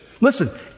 Listen